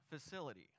facility